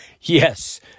Yes